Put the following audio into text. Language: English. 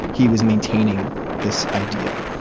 he was maintaining this idea.